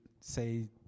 say